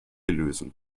lösen